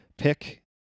pick